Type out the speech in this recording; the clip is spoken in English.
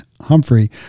Humphrey